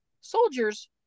soldiers